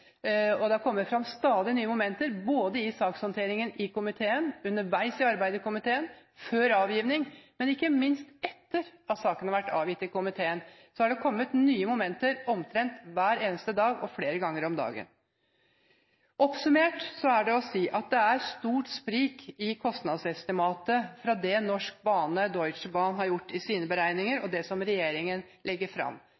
det har kommet fram stadig nye momenter både under sakshåndteringen i komiteen, underveis i arbeidet i komiteen og før avgivelse, men ikke minst etter at saken har vært avgitt i komiteen. Det har kommet nye momenter omtrent hver eneste dag og flere ganger om dagen. Oppsummert er det å si at det er stort sprik i kostnadsestimatet ut fra det Norsk Bane/Deutsche Bahn har gjort i sine beregninger,